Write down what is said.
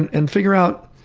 and and figure out